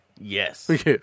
Yes